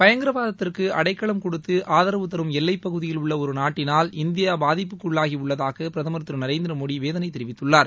பயங்கரவாதத்திற்கு அடைக்கலம் கொடுத்து ஆதரவு தரும் எல்லைப் பகுதியில் உள்ள ஒரு நாட்டினால் இந்தியா பாதிப்புக்குள்ளாகி உள்ளதாக பிரதமர் திரு நரேந்திர மோடி வேதனை தெரிவித்துள்ளார்